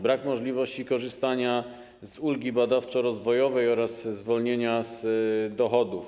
Brak możliwości korzystania z ulgi badawczo-rozwojowej oraz ze zwolnienia dochodów.